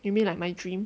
you mean like my dream